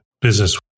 business